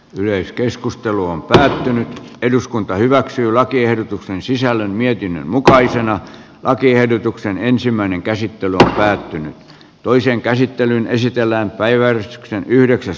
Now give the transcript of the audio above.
yleiskeskustelu on päättänyt eduskunta hyväksyy lakiehdotuksen sisällön mietinnön mukaisena lakiehdotuksen ensimmäinen käsittely päättynyt korjautuu myös siltä osin silloin